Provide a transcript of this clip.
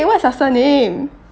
what's your surname